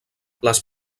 les